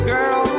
Girl